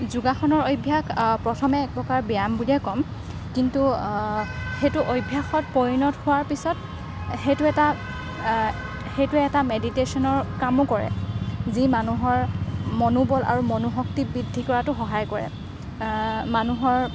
যোগাসনৰ অভ্যাস প্ৰথমে একপ্ৰকাৰৰ ব্যায়াম বুলিয়েই ক'ম কিন্তু সেইটো অভ্যাসত পৰিণত হোৱাৰ পিছত সেইটো এটা সেইটো এটা মেডিটেশ্যনৰ কামো কৰে যি মানুহৰ মনোবল আৰু মনোশক্তি বৃদ্ধি কৰাতো সহায় কৰে মানুহৰ